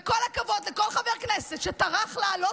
וכל הכבוד לכל חבר כנסת שטרח לעלות